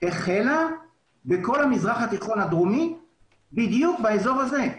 החלה בכל המזרח התיכון הדרומי בדיוק באזור הזה.